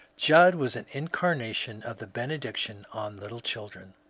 judd was an incarnation of the benedic tion on little children.